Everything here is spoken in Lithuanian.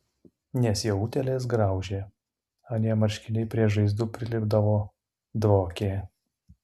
nes jau utėlės graužė anie marškiniai prie žaizdų prilipdavo dvokė